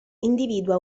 individua